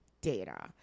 data